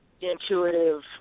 intuitive